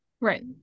Right